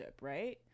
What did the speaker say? right